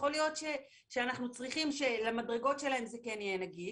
יכול להיות שאנחנו צריכים שלמדרגות שלהם זה כן יהיה נגיש,